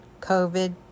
COVID